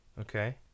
Okay